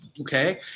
okay